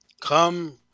come